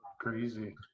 crazy